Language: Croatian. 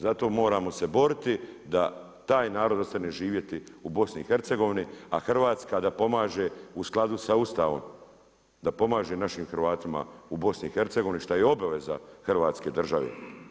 Zato moramo se boriti da taj narod ostane živjeti u BiH, a Hrvatska da pomaže u skladu sa Ustavom, da pomaže našim Hrvatima u BiH šta je obaveza Hrvatske države.